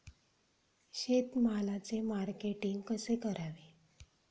शेतमालाचे मार्केटिंग कसे करावे?